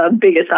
biggest